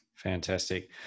fantastic